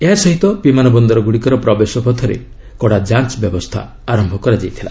ଏହାସହିତ ବିମାନ ବନ୍ଦରଗୁଡ଼ିକର ପ୍ରବେଶପଥରେ କଡ଼ା ଯାଞ୍ଚ୍ ବ୍ୟବସ୍ଥା ଆରନ୍ତ କରାଯାଇଥିଲା